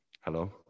Hello